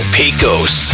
Pecos